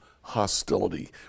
hostility